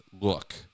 look